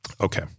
Okay